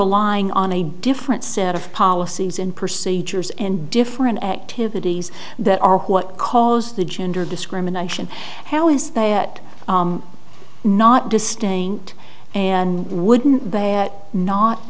relying on a different set of policies and procedures and different activities that are what caused the gender discrimination how is that not distinct and wouldn't